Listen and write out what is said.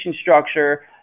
structure